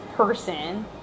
person